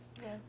Yes